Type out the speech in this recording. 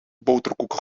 boterkoeken